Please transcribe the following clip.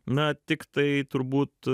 na tiktai turbūt